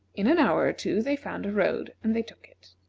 in an hour or two they found a road and they took it.